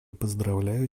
поздравляю